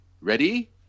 ready